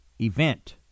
event